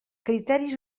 criteris